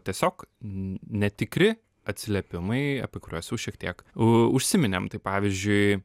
tiesiog netikri atsiliepimai apie kuriuos jau šiek tiek u užsiminėm tai pavyzdžiui